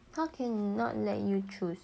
how can not let you choose